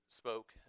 spoke